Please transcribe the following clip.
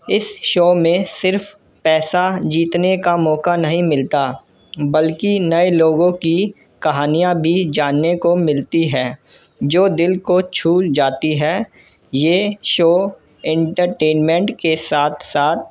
اس show میں صرف پیسہ جیتنے کا موقع نہیں ملتا بلکہ نئے لوگوں کی کہانیاں بھی جاننے کو ملتی ہیں جو دل کو چھو جاتی ہیں یہ شو انٹرٹینمنٹ کے ساتھ ساتھ